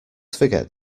forget